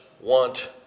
want